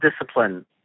discipline